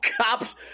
Cops